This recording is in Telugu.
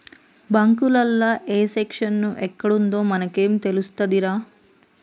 బాంకులల్ల ఏ సెక్షను ఎక్కడుందో మనకేం తెలుస్తదిరా